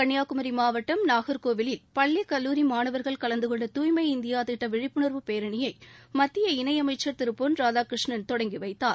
கன்னியாகுமரி மாவட்டம் நாகர்கோவிலில் பள்ளி கல்லூரி மாணவர்கள் கலந்துகொண்ட தூய்மை இந்தியா திட்ட விழிப்புணர்வு பேரணியை மத்திய இணையமைச்சர் திரு பொன் ராதாகிருஷ்ணன் தொடங்கிவைத்தார்